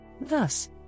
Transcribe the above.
Thus